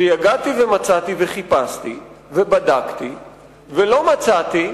שיגעתי וחיפשתי ובדקתי ולא מצאתי